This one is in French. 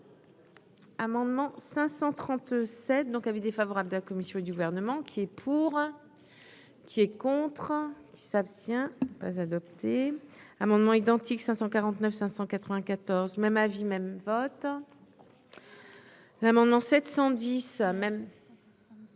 amendement 537 donc avis défavorable de la commission et du gouvernement qui est pour, qui est contre qui s'abstient. Pas adopté amendements identiques 549594 même avis. Même votre l'amendement 710 même.